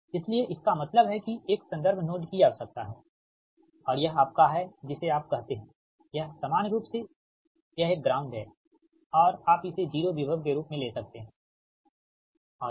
इसलिए इसका मतलब है किएक संदर्भ नोड की आवश्यकता है और यह आपका है जिसे आप कहते हैं यह सामान्य रूप से यह एक ग्राउंड है और आप इसे 0 विभव के रूप में ले सकते हैं ठीक है